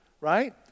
Right